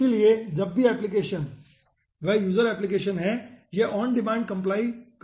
इसलिए जब भी एप्प्लीकेशन वह यूजर एप्लीकेशन है यह ऑन डिमांड कॉम्पाईल कर रही होगी